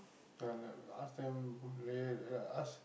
தெரியல:theriyala ask them Boon-Lay ask